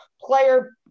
player